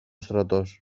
στρατός